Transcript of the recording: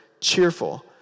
cheerful